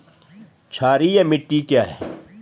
क्षारीय मिट्टी क्या है?